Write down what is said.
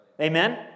Amen